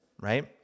right